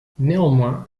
néanmoins